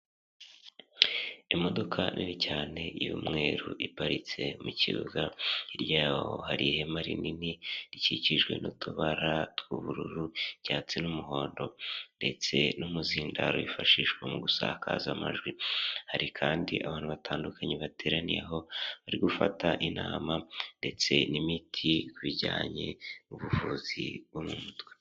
Imodoka nini cyane y'umweru iparitse mu kibuga, hirya yaho hari ihema rinini rikikijwe n'utubara tw'ubururu, icyatsi n'umuhondo ndetse n'umuzindaro wifashishwa mu gusakaza amajwi, hari kandi abantu batandukanye bateraniye aho bari gufata intama ndetse n'imiti bijyanye n'ubuvuzi bwo mu mutwe.